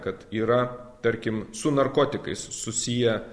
kad yra tarkim su narkotikais susiję